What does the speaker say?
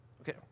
Okay